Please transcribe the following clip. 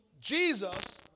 Jesus